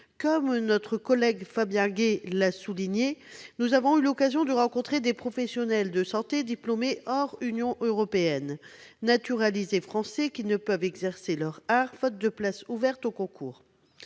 Comme notre collègue Fabien Gay l'a souligné, nous avons eu l'occasion de rencontrer des professionnels de santé diplômés d'États non membres de l'Union européenne, naturalisés Français, qui ne peuvent exercer leur art, faute de places ouvertes au concours.